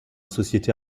société